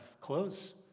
clothes